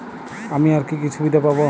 আমি আর কি কি সুবিধা পাব?